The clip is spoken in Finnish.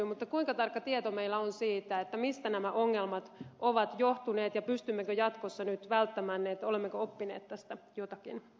mutta kuinka tarkka tieto meillä on siitä mistä nämä ongelmat ovat johtuneet ja pystymmekö jatkossa nyt välttämään ne että olemmeko oppineet tästä jotakin